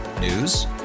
News